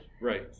Right